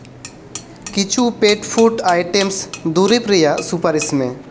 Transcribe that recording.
ᱠᱤᱪᱷᱩ ᱯᱮᱴ food items ᱫᱩᱨᱤᱵᱽ ᱨᱮᱭᱟᱜ ᱥᱩᱯᱟᱨᱤᱥ ᱢᱮ